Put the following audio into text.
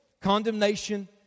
condemnation